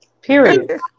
Period